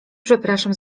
przepraszam